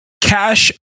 cash